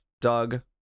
Doug